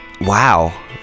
wow